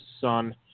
son